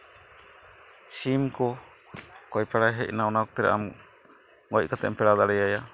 ᱥᱤᱢ ᱠᱚ ᱚᱠᱚᱭ ᱯᱮᱲᱟᱭ ᱦᱮᱡ ᱮᱱᱟ ᱚᱱᱟ ᱠᱷᱟᱹᱛᱤᱨ ᱟᱢ ᱜᱚᱡ ᱠᱟᱛᱮᱫ ᱮᱢ ᱯᱮᱲᱟ ᱫᱟᱲᱮᱣᱟᱭᱟ